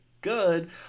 good